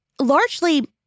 largely